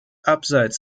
abseits